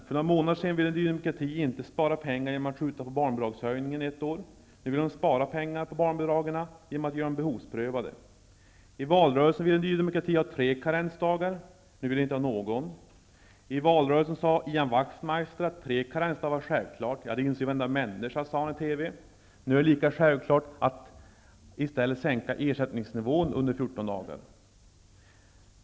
För några månader sedan ville Ny demokrati inte spara pengar genom att skjuta på barnbidragshöjningen ett år. Nu vill de spara pengar på barnbidragen genom att göra dem behovsprövade. I valrörelsen ville Ny demokrati ha tre karensdagar. Nu vill de inte ha någon. I valrörelsen sade Ian Wachtmeister att tre karensdagar var självklart -- ''det inser ju varenda människa'', sade han i TV. Nu är det lika självklart att i stället sänka ersättningsnivån under 14 dagar.